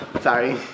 Sorry